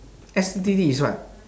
F_T_T is what